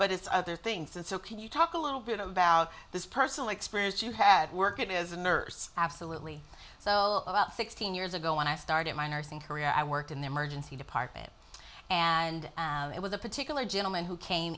but it's other things and so can you talk a little bit about this personal experience you had work it is a nurse absolutely so about sixteen years ago when i started my nursing career i worked in the emergency department and it was a particular gentleman who came